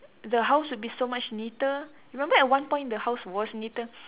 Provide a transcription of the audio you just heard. the house would be so much neater you remember at one point the house was neater